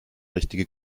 richtige